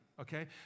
Okay